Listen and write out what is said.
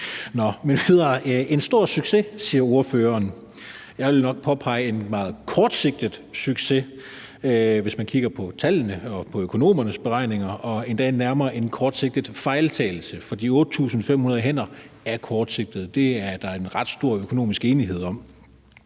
Det er en stor succes, siger ordføreren. Jeg vil nok påpege, at det er en meget kortsigtet succes, hvis man kigger på tallene og på økonomernes beregninger, og endda nærmere en kortsigtet fejltagelse, for de 8.500 par hænder er kortsigtede. Det er der ret stor økonomisk enighed om.